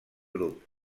grup